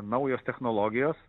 naujos technologijos